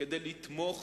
כדי לתמוך